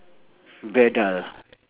beardile